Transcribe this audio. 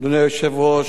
אדוני היושב-ראש,